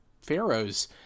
pharaohs